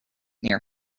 near